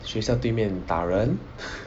学校对面打人